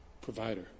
Provider